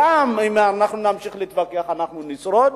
שגם אם אנחנו נמשיך להתווכח אנחנו נשרוד,